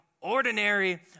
ordinary